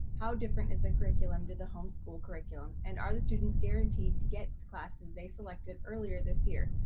how different is the curriculum to the homeschool curriculum and are the students guaranteed to get the classes they selected earlier this year,